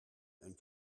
and